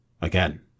again